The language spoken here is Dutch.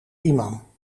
imam